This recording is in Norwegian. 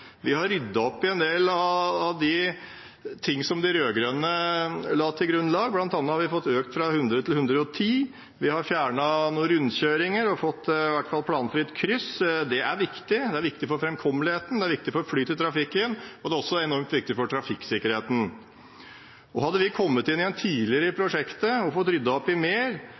vi har ryddet opp i en del av det som de rød-grønne la til grunn. Blant annet har vi økt fra 100 km/t til 110 km/t, vi har fjernet noen rundkjøringer og får i hvert fall planfritt kryss. Det er viktig for framkommeligheten, det er viktig for flyten i trafikken, og det er også enormt viktig for trafikksikkerheten. Hadde vi kommet inn tidligere i prosjektet og fått ryddet opp i mer,